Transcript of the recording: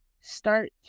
start